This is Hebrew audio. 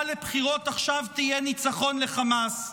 לבחירות עכשיו תהיה ניצחון לחמאס.